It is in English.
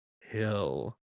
hill